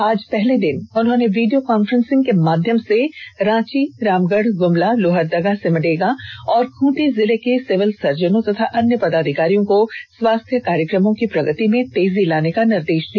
आज पहले दिन उन्होंने वीडियो कांफ्रेंसिंग के माध्यम से रांची रामगढ़ गुमला लोहरदगा सिमडेगा और खूंटी जिले के सिविल सर्जनों और अन्य पदाधिकारियों को स्वास्थ्य कार्यक्रमों की प्रगति में तेजी लाने का निर्देष दिया